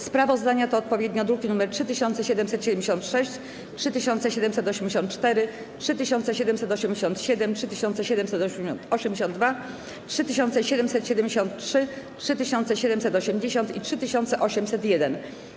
Sprawozdania to odpowiednio druki nr 3776, 3784, 3787, 3782, 3773, 3780 i 3801.